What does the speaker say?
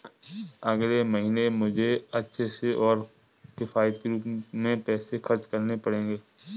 अगले महीने मुझे अच्छे से और किफायती रूप में पैसे खर्च करने पड़ेंगे